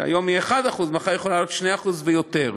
שהיום היא 1% ומחר היא יכולה להיות 2% או יותר.